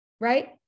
right